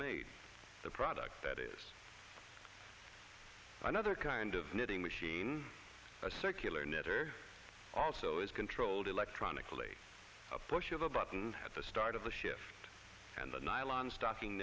made the product that is another kind of knitting machine a circular netter also is controlled electronically a push of a button at the start of the shift and the nylon stocking